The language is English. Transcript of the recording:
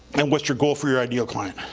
and what's your goal for your ideal client.